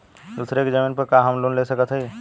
दूसरे के जमीन पर का हम लोन ले सकत हई?